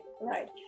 right